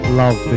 love